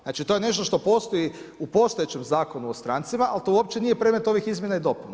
Znači to je nešto što postoji u postojećem Zakonu o strancima ali to uopće nije predmet ovih izmjena i dopuna.